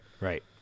Right